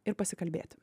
ir pasikalbėti